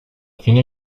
fine